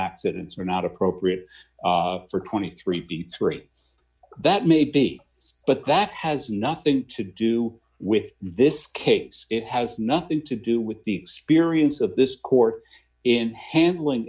accidents were not appropriate for twenty three p three that may be so but that has nothing to do with this case it has nothing to do with the spirits of this court in handling